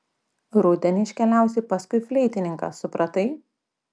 rudenį iškeliausi paskui fleitininką supratai